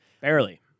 Barely